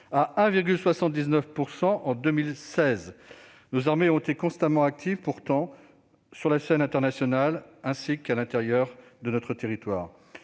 à 1,79 % en 2016. Or nos armées ont été constamment actives, tant sur la scène internationale qu'à l'intérieur de notre territoire.